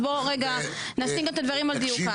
אז בוא רגע נשים את הדברים על דיוקם.